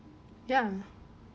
ya